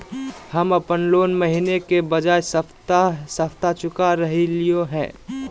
हम अप्पन लोन महीने के बजाय सप्ताहे सप्ताह चुका रहलिओ हें